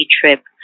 Trip